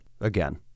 Again